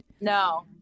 no